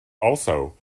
also